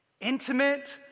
intimate